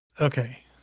okay